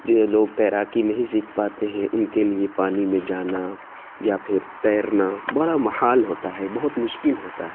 جو لوگ تیراکی نہیں سیکھ پاتے ہیں ان کے لیے پانی میں جانا یا پھر تیرنا بڑا محال ہوتا ہے بہت مشکل ہوتا ہے